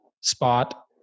spot